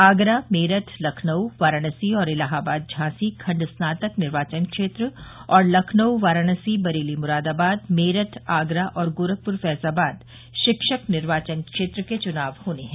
आगरा मेरठ लखनऊ वाराणसी और इलाहाबाद झांसी खंड स्नातक निर्वाचन क्षेत्र और लखनऊ वाराणसी बरेली मुरादाबाद मेरठ आगरा और गोखपुर फैजाबाद शिक्षक निर्वाचन क्षेत्र के चुनाव होने हैं